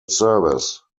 service